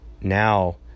now